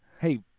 hey